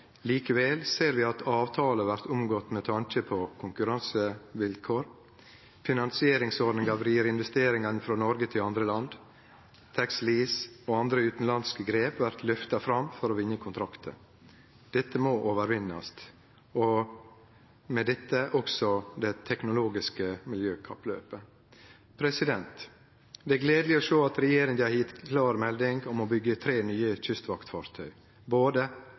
Likevel ser vi at avtalar vert omgått, med tanke på konkurransevilkår. Finansieringsordningar vrir investeringane frå Noreg til andre land, «tax lease» og andre utanlandske grep vert lyfta fram for å vinne kontraktar. Dette må overvinnast – og med dette også det teknologiske miljøkappløpet. Det er gledeleg å sjå at regjeringa har gjeve klar melding om å byggje tre nye kystvaktfartøy, både